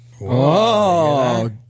Whoa